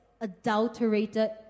adulterated